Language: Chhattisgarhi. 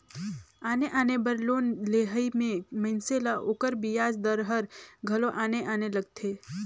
आने आने बर लोन लेहई में मइनसे ल ओकर बियाज दर हर घलो आने आने लगथे